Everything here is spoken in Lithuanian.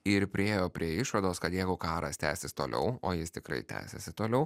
ir priėjo prie išvados kad jeigu karas tęsis toliau o jis tikrai tęsiasi toliau